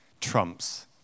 trumps